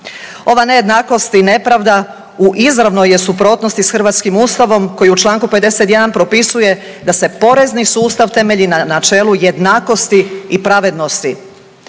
Ova nejednakost i nepravda u izravnoj je suprotnosti sa hrvatskim Ustavom, koji u članku 51 propisuje da se porezni sustav temelji na čelu jednakosti i pravednosti.